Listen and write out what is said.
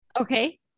Okay